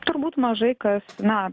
turbūt mažai kas na